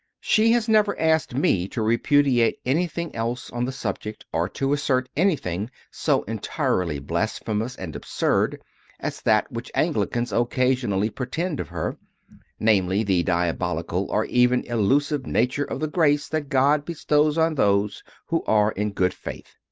she has never asked me to repudiate anything else on the subject or to assert anything so entirely blasphe mous and absurd as that which anglicans occasion ally pretend of her namely, the diabolical or even illusive nature of the grace that god bestows on those who are in good faith.